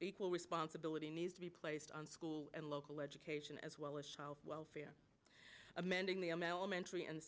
equal responsibility needs to be placed on school and local education as well as child welfare amending the m l mentary and